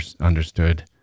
understood